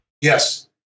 Yes